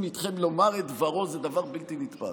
איתכם לומר את דברו זה דבר בלתי נתפס.